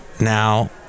Now